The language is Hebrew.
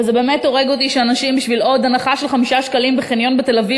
וזה באמת הורג אותי שאנשים בשביל הנחה של 5 שקלים בחניון בתל-אביב